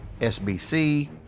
SBC